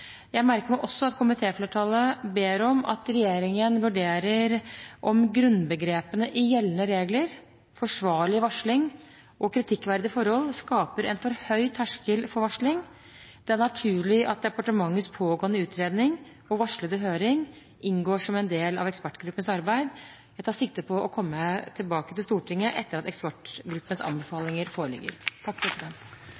Jeg merker meg også at komitéflertallet ber om at regjeringen vurderer om grunnbegrepene i gjeldende regler – forsvarlig varsling og kritikkverdige forhold – skaper en for høy terskel for varsling. Det er naturlig at departementets pågående utredning og varslede høring inngår som en del av ekspertgruppens arbeid. Jeg tar sikte på å komme tilbake til Stortinget etter at ekspertgruppens